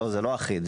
אחיד.